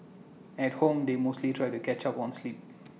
at home they mostly try to catch up on sleep